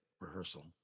rehearsal